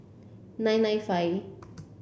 nine nine five